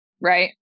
Right